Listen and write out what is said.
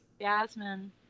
jasmine